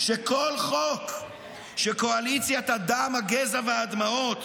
שכל חוק שקואליציית הדם, הגזע והדמעות